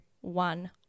one